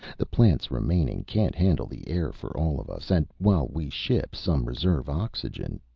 the plants remaining can't handle the air for all of us. and while we ship some reserve oxygen.